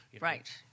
Right